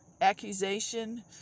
accusation